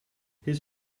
his